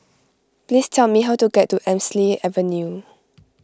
please tell me how to get to Hemsley Avenue